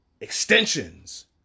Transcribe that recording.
extensions